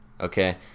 okay